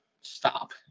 Stop